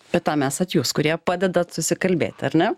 bet tam esat jūs kurie padedat susikalbėt ar ne